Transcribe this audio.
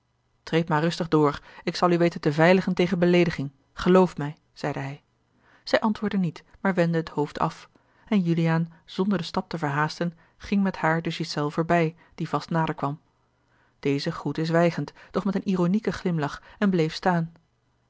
treed maar rustig door ik zal u weten te veiligen tegen beleediging geloof mij zeide hij zij antwoordde niet maar wendde het hoofd af en juliaan zonder den stap te verhaasten ging met haar de ghiselles voorbij die vast nader kwam deze groette zwijgend doch met een ironieken glimlach en bleef staan